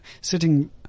sitting